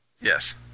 Yes